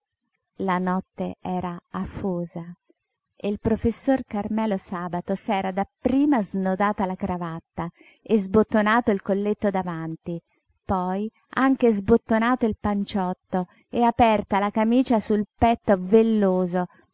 la notte era afosa e il professor carmelo sabato s'era dapprima snodata la cravatta e sbottonato il colletto davanti poi anche sbottonato il panciotto e aperta la camicia sul petto velloso